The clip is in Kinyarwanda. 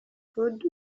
food